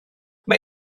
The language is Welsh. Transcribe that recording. mae